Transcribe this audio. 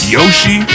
Yoshi